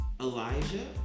Elijah